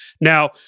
Now